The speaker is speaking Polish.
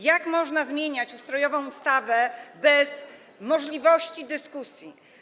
Jak można zmieniać ustrojową ustawę bez możliwości dyskusji?